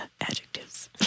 adjectives